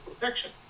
protection